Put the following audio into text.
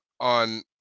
on –